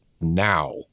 now